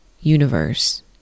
universe